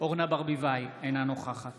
אורנה ברביבאי, אינה נוכחת